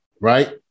right